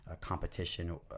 competition